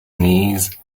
knees